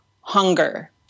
hunger